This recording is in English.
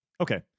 okay